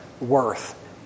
worth